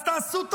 אז עשו טובה,